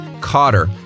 Cotter